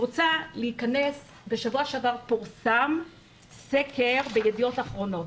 בשבוע שעבר פורסם סקר ב"ידיעות אחרונות",